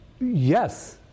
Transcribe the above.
Yes